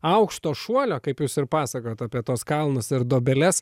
aukšto šuolio kaip jūs ir pasakojot apie tuos kalnus ir duobeles